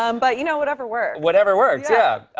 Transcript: um but, you know, whatever works. whatever works, yeah.